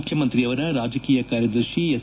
ಮುಖ್ಯಮಂತ್ರಿಯವರ ರಾಜಕೀಯ ಕಾರ್ಯದರ್ಶಿ ಎಸ್